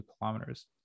kilometers